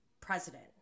president